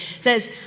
says